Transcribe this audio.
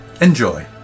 Enjoy